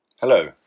Hello